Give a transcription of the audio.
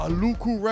Aluku